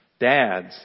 Dads